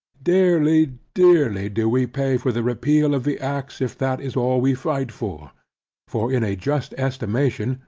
dearly, dearly, do we pay for the repeal of the acts, if that is all we fight for for in a just estimation,